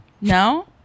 No